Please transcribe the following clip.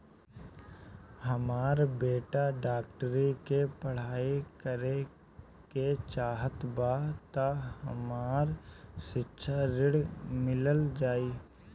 हमर बेटा डाक्टरी के पढ़ाई करेके चाहत बा त हमरा शिक्षा ऋण मिल जाई?